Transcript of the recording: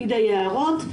--- פקיד היערות,